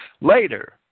Later